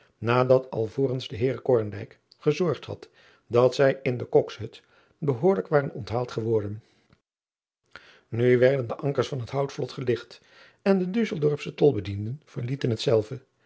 nadat alvorens de eer gezorgd had dat zij in de kokshut behoorlijk waren onthaald ge driaan oosjes zn et leven van aurits ijnslager worden u werden de ankers van het outvlot geligt en de usseldorpsche olbedienden verlieten hetzelve